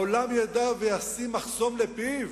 העולם ידע וישים מחסום לפיו?